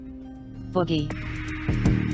Boogie